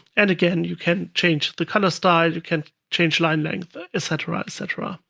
and again, you can change the kind of style, you can change line length, et cetera, et cetera.